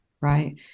right